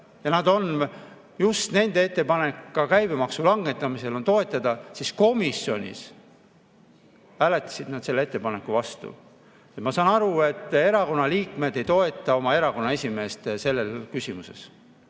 poole ja nende ettepanek on käibemaksu langetamist toetada, aga komisjonis hääletasid nad selle ettepaneku vastu. Ma saan aru, et erakonna liikmed ei toeta oma erakonna esimeest selles küsimuses.